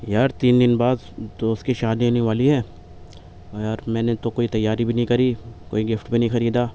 یار تین دن بعد دوست کی شادی ہونے والی ہے اور یار میں نے تو کوئی تیاری بھی نہیں کری کوئی گفٹ بھی نہیں خریدا